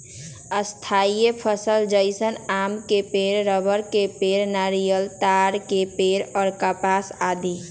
स्थायी फसल जैसन आम के पेड़, रबड़ के पेड़, नारियल, ताड़ के पेड़ और कपास आदि